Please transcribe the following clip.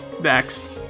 next